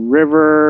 river